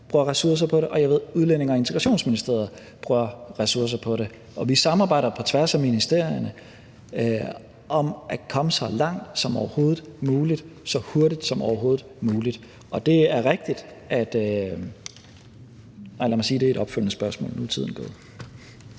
bruger ressourcer på det, og jeg ved, at Udlændinge- og Integrationsministeriet bruger ressourcer på det. Vi samarbejder på tværs af ministerierne om at komme så langt som overhovedet muligt så hurtigt som overhovedet muligt. Det er rigtigt, at ... Nej, lad mig tage det i et opfølgende spørgsmål. Nu er tiden gået.